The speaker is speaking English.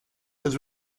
has